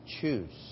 choose